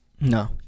No